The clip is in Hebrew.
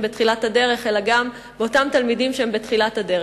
בתחילת הדרך אלא גם באותם תלמידים שהם בתחילת הדרך,